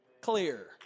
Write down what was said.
clear